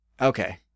okay